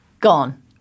Gone